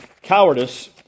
cowardice